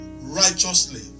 righteously